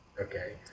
Okay